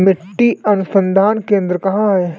मिट्टी अनुसंधान केंद्र कहाँ है?